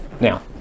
now